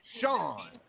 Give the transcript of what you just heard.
Sean